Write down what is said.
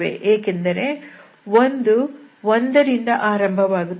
ಏಕೆಂದರೆ ಒಂದು 1 ರಿಂದ ಆರಂಭವಾಗುತ್ತದೆ